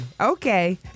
okay